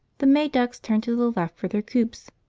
the may ducks turn to the left for their coops,